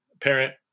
parent